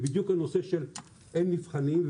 ובדיוק הנושא אין נבחנים,